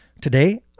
Today